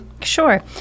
Sure